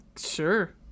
Sure